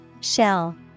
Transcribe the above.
Shell